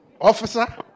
officer